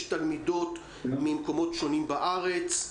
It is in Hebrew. תלמידות ממקומות שונים בארץ,